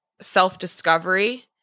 self-discovery